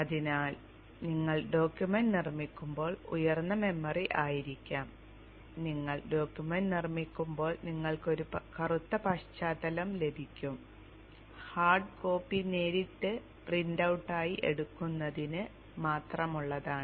അതിനാൽ നിങ്ങൾ ഡോക്യുമെന്റ് നിർമ്മിക്കുമ്പോൾ ഉയർന്ന മെമ്മറി ആയിരിക്കാം നിങ്ങൾ ഡോക്യുമെന്റ് നിർമ്മിക്കുമ്പോൾ നിങ്ങൾക്ക് ഈ കറുത്ത പശ്ചാത്തലം ലഭിക്കും ഹാർഡ് കോപ്പി നേരിട്ട് പ്രിന്റ് ഔട്ടായി എടുക്കുന്നതിന് മാത്രമുള്ളതാണ്